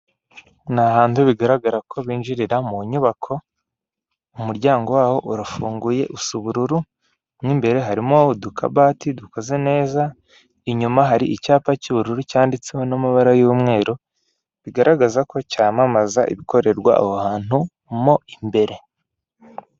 Ni ahantu bigaragara ko binjirira mu nyubako umuryango wabo urafunguye usa ubururu, mo imbere harimo udukabati dukoze neza, inyuma hari icyapa cy'ubururu cyanditseho n'amabara y'umweru, bigaragaza ko cyamamaza ibikorerwa aho hantu mo imbere.